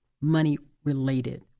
money-related